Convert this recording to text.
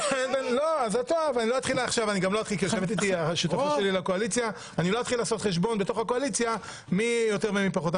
לא אתחיל לעשות חשבון בקואליציה מי יותר ומי פחות.